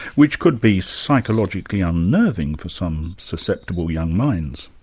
which could be psychologically unnerving for some susceptible young minds.